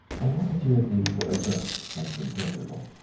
and one or two of these were adverse rather than favourable.